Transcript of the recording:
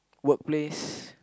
work place